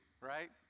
right